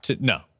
no